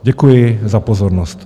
Děkuji za pozornost.